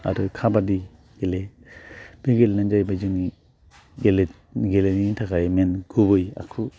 आरो काबादि गेले बे गेलेनायानो जाहैबाय जोंनि गेलेनायनि थाखाय मेइन गुबै आखु